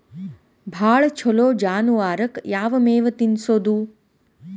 ಭಾಳ ಛಲೋ ಜಾನುವಾರಕ್ ಯಾವ್ ಮೇವ್ ತಿನ್ನಸೋದು?